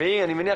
אני מניח,